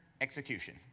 execution